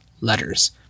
letters